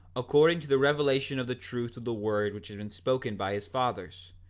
according to the revelation of the truth of the word which had been spoken by his fathers,